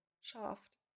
shaft